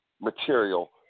material